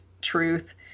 truth